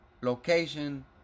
location